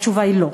התשובה היא לא.